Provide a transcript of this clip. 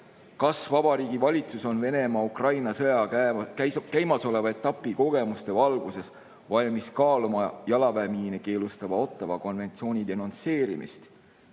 Kas Vabariigi Valitsus on Venemaa-Ukraina sõja käimasoleva etapi kogemuste valguses valmis kaaluma jalaväemiine keelustava Ottawa konventsiooni denonsseerimist?